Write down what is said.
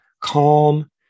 calm